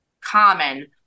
common